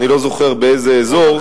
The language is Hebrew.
אני לא זוכר באיזה אזור.